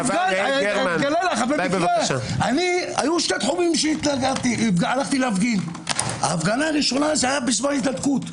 -- היו שני תחומים שהפגנתי אחת בזמן ההתנתקות.